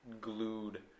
glued